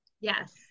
Yes